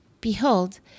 Behold